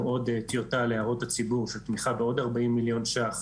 עוד טיוטה להערות הציבור של תמיכה בעוד 40 מיליון ₪,